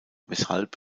weshalb